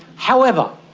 however,